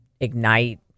ignite